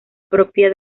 propia